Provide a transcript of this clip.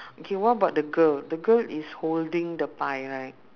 okay what about the girl the girl is holding the pie right